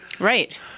Right